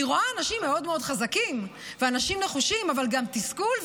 אני רואה אנשים מאוד מאוד חזקים ואנשים נחושים אבל גם תסכול,